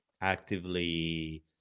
actively